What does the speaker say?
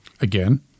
Again